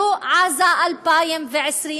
זו עזה 2020,